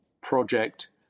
project